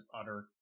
utter